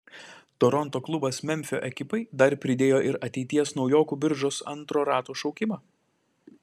toronto klubas memfio ekipai dar pridėjo ir ateities naujokų biržos antro rato šaukimą